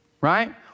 Right